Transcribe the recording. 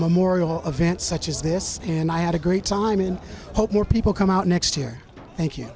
memorial event such as this and i had a great time in hope more people come out next year thank you